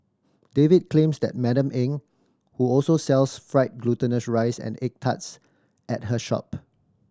David claims that Madam Eng who also sells fried glutinous rice and egg tarts at her shop